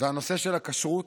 והנושא של הכשרות,